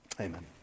Amen